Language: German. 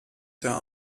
der